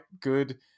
good